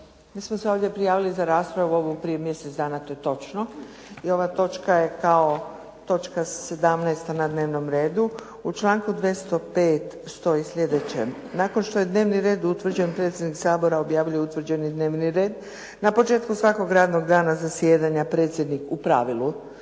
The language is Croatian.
Mi smo se ovdje prijavili za raspravu ovu prije mjesec dana, to je točno i ova točka je kao točka 17. na dnevnom redu. U članku 205. stoji slijedeće. Nakon što je dnevni red utvrđen predsjednik Sabora objavljuje utvrđeni dnevni red. Na početku svakog radnog dana zasjedanja predsjednik, u pravilu,